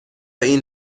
این